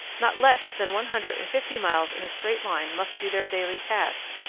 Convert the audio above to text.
not less than one hundred and fifty miles in a straight line must be their daily task,